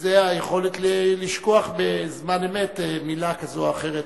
וזה היכולת לשכוח בזמן אמת מלה כזאת אחרת.